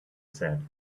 said